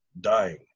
dying